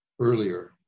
earlier